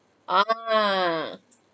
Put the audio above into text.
ah